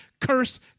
curse